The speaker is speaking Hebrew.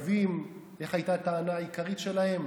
מה הייתה הטענה העיקרית שלהם?